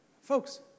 folks